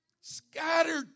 Scattered